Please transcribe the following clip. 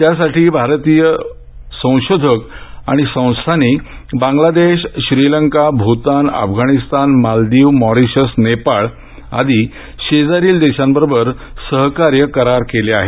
त्यासाठी भारतीय संशोधक आणि संस्थांनी बांगलादेश श्रीलंका भूतान अफगाणिस्तान मालदीव मॉरीशस नेपाळ आदी शेजारील देशांसोबत सहकार्य करार केले आहेत